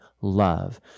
love